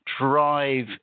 drive